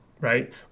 right